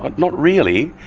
but not really.